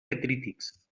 detrítics